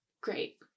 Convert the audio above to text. great